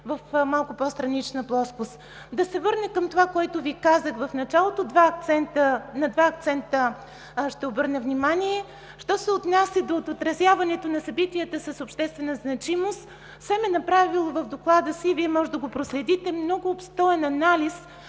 в малко по-странична плоскост. Да се върна към това, което Ви казах в началото. На два акцента ще обърна внимание. Що се отнася до отразяването на събитията с обществена значимост, СЕМ е направил в Доклада си, Вие можете да го проследите, много обстоен анализ